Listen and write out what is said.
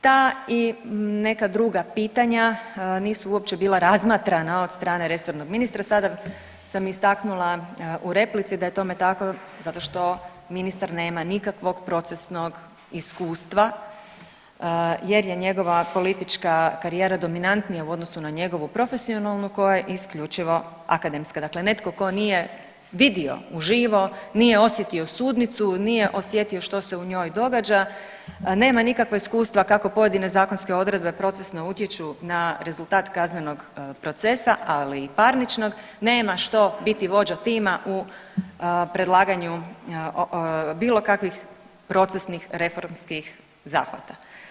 Ta i neka druga pitanja nisu uopće bila razmatrana od strane resornog ministra, sada sam istaknula u replici da je tome tako zato što ministar nema nikakvog procesnog iskustva jer je njegova politička karijera dominantnija u odnosu na njegovu profesionalnu koja je isključivo akademska, dakle netko ko nije vidio uživo, nije osjetio sudnicu, nije osjetio što se u njoj događa, nema nikakva iskustva kako pojedine zakonske odredbe procesno utječu na rezultat kaznenog procesa, ali i parničnog, nema što biti vođa tima u predlaganju bilo kakvih procesnih reformskih zahvata.